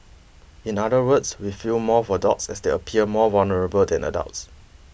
in other words we feel more for dogs as they appear more vulnerable than adults